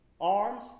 arms